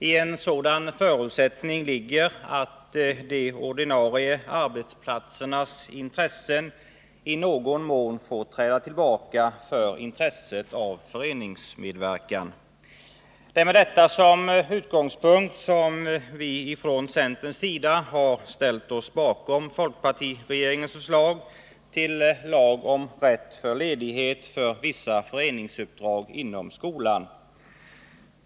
I en sådan förutsättning ligger att de ordinarie arbetsplatsernas intressen i någon mån får träda tillbaka för intresset av föreningsmedverkan. Det är med detta som utgångspunkt som vi från centerns sida har ställt oss bakom folkpartiregeringens förslag till lag om rätt tiil ledighet för vissa föreningsuppdrag inom skolan.